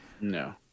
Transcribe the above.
No